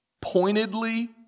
pointedly